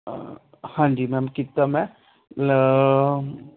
ਹਾਂਜੀ ਮੈਮ ਕੀਤਾ ਮੈਂ